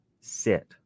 sit